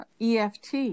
eft